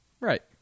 Right